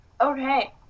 okay